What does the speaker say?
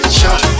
shot